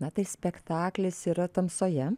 na tai spektaklis yra tamsoje